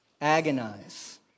Agonize